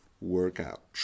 workout